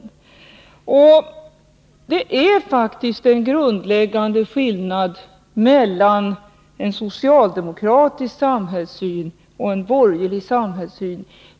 Det är faktiskt en grundläggande skillnad av stor betydelse mellan en socialdemokratisk samhällssyn och en borgerlig samhällssyn.